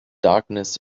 darkness